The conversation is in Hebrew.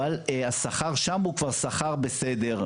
אבל השכר שם הוא כבר שכר בסדר,